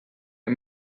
või